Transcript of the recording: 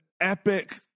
epic